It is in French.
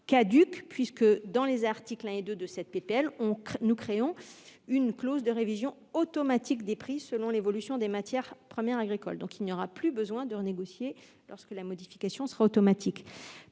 caduque, puisque les articles 1 et 2 de cette proposition de loi créent une clause de révision automatique des prix selon l'évolution des matières premières agricoles. Il n'y aura donc plus besoin de renégocier, la modification sera automatique.